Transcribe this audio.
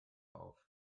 auf